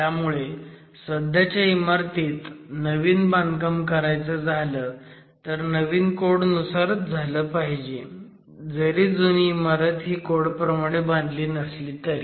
त्यामुळे सध्याच्या इमारतीत नवीन बांधकाम करायचं झालं तर नवीन कोड नुसारच झालं पाहिजे जरी जुनी इमारत ही कोड प्रमाणे बांधली नसली तरी